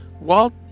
Walt